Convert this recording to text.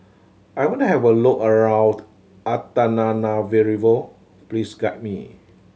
I want to have a look around Antananarivo please guide me